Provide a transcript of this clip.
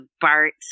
Bart